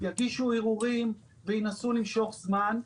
יגישו ערעורים וינסו למשוך זמן,